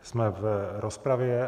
Jsme v rozpravě.